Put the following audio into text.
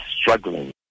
struggling